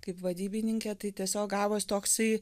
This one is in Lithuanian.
kaip vadybininkė tai tiesiog gavos toksai